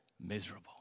miserable